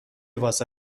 واسه